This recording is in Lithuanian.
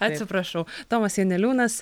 atsiprašau tomas janeliūnas